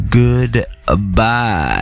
goodbye